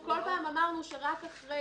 כל פעם אמרנו שרק אחרי